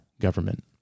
government